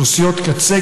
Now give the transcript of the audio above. אוכלוסיות קצה,